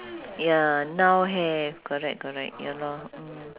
ya now have correct correct ya lor mm